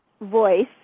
voice